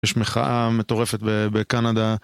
יש מחאה מטורפת בקנדה